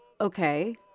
Okay